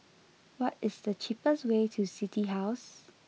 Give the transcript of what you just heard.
what is the cheapest way to City House